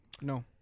No